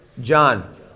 John